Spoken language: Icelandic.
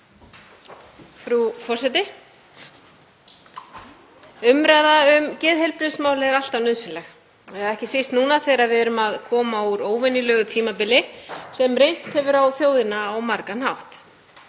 Frú forseti. Umræða um geðheilbrigðismál er alltaf nauðsynleg, ekki síst núna þegar við erum að koma úr óvenjulegu tímabili sem reynt hefur á þjóðina á margan hátt.